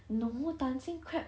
no dancing crab